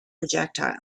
projectile